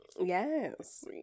Yes